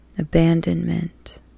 abandonment